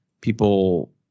people